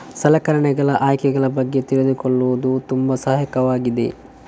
ಸಲಕರಣೆಗಳ ಆಯ್ಕೆಗಳ ಬಗ್ಗೆ ತಿಳಿದುಕೊಳ್ಳುವುದು ತುಂಬಾ ಸಹಾಯಕವಾಗಿದೆ